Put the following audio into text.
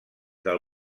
del